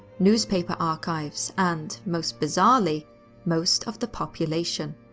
newspaper archives, and most bizarrely most of the population.